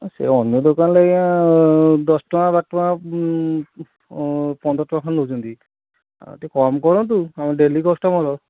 ସେ ଅନ୍ୟ ଦୋକାନରେ ଆଜ୍ଞା ଦଶ ଟଙ୍କା ବାର ଟଙ୍କା ପନ୍ଦର ଟଙ୍କା ଖଣ୍ଡେ ନଉଛନ୍ତି ଆଉ ଟିକେ କମ୍ କରନ୍ତୁ ଆମେ ଡେଲି କଷ୍ଟମର